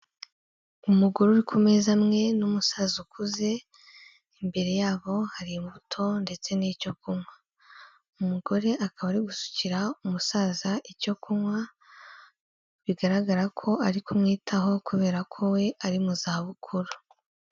Umugore uri ku meza amwe n'umusaza ukuze, imbere yabo hari imbuto ndetse n'icyo kunywa, umugore akaba ari gusukira umusaza icyo kunywa bigaragara ko ari kumwitaho kubera ko we ari mu za bukuru.